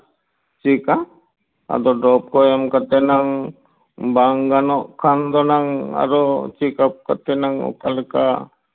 ᱪᱮᱫᱞᱮᱠᱟ ᱟᱫᱚ ᱰᱨᱚᱯ ᱠᱚ ᱮᱢ ᱠᱟᱛᱮ ᱮᱱᱟᱝ ᱵᱟᱝ ᱜᱟᱱᱚᱜ ᱠᱷᱟᱱ ᱫᱚ ᱱᱟᱝ ᱟᱨᱚ ᱪᱮᱠᱟᱯ ᱠᱟᱛᱮ ᱚᱠᱟᱞᱮᱠᱟ